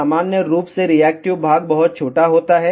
सामान्य रूप से रिएक्टिव भाग बहुत छोटा होता है